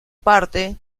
parte